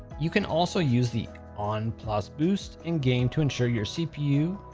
you can also use the on plus boost in-game to ensure your cpu,